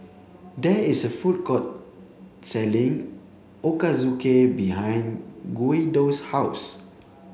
there is a food court selling Ochazuke behind Guido's house